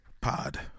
Pod